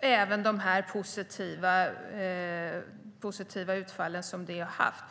det positiva utfall som den har haft.